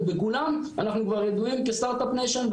ובכולם אנחנו כבר ידועים כסטארט-אפ ניישן,